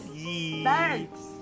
Thanks